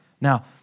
Now